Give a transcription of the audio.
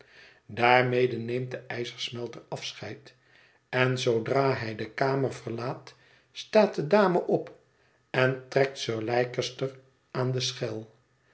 daarmede neemt de ijzersmelter afscheid en zoodra hij de kamer verlaat staat de dame op en trekt sir leicester aan de schel